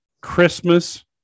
Christmas